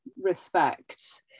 respect